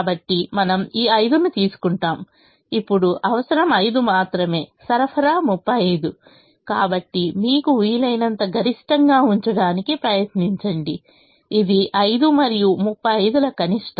కాబట్టి మనము ఈ 5 ను తీసుకుంటాము ఇప్పుడు అవసరం 5 మాత్రమే సరఫరా 35 కాబట్టి మీకు వీలైనంత గరిష్టంగా ఉంచడానికి ప్రయత్నించండఇది 5 మరియు 35 ల కనిష్టం